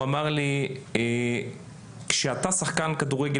הוא אמר לי: כשאתה שחקן כדורגל